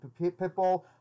Pitbull